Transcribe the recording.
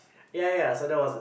ya ya ya so that was a